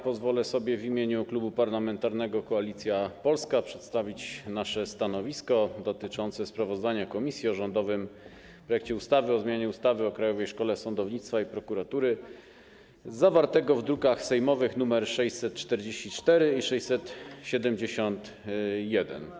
Pozwolę sobie w imieniu Klubu Parlamentarnego Koalicja Polska przedstawić nasze stanowisko dotyczące sprawozdania komisji o rządowym projekcie ustawy o zmianie ustawy o Krajowej Szkole Sądownictwa i Prokuratury, druki sejmowe nr 644 i 671.